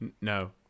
No